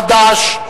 חד"ש,